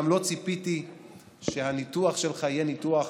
גם לא ציפיתי שהניתוח שלך יהיה ניתוח